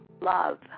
love